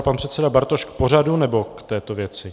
Pan předseda Bartoš k pořadu, nebo k této věci?